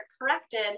corrected